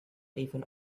even